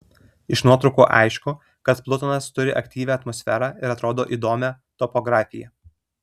iš nuotraukų aišku kad plutonas turi aktyvią atmosferą ir atrodo įdomią topografiją